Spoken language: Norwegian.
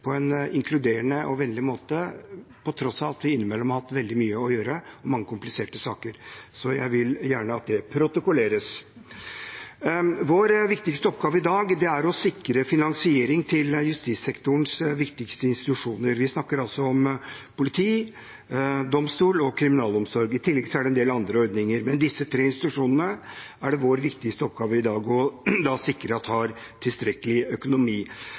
på en inkluderende og vennlig måte på tross av at vi innimellom har hatt veldig mye å gjøre og mange kompliserte saker. Så jeg vil gjerne at det protokolleres. Vår viktigste oppgave i dag er å sikre finansiering til justissektorens viktigste institusjoner, og vi snakker altså om politi, domstol og kriminalomsorg. I tillegg er det en del andre ordninger, men disse tre institusjonene er det vår viktigste oppgave i dag å sikre at har tilstrekkelig økonomi.